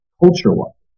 culture-wise